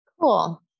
Cool